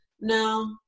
no